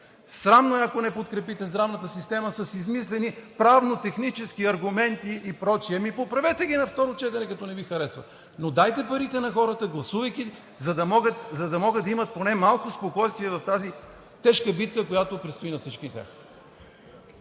Срамно е, ако не подкрепите здравната система с измислени правно-технически аргументи и прочие. Ами поправете ги на второ четене, като не Ви харесват. Дайте парите на хората, гласувайки, за да могат да имат поне малко спокойствие в тази тежка битка, която предстои на всички